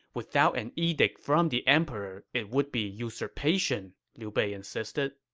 without an edict from the emperor, it would be usurpation, liu bei insisted